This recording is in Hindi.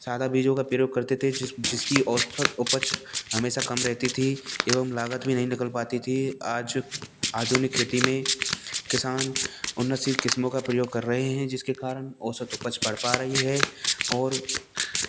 ज़्यादा बीजों का प्रयोग करते थे जिसकी औसत उपज हमेशा कम रहती थी एवं लागत भी नहीं निकल पाती थी आज आधुनिक खेती में किसान उन्नतशील क़िस्मों का प्रयोग कर रहे हैं जिसके कारण औसत उपज बढ़ पा रही है और